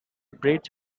breach